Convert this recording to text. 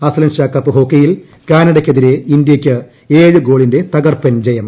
അസ്ത്രംഷാ cup ഹോക്കിയിൽ കാനഡയ്ക്കെതിരെ ഇന്ത്യയ്ക്ക് ഏഴ് ഗോളിന്റെ തകർപ്പൻ ജയം